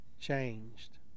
changed